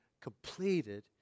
completed